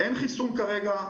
אין חיסון כרגע,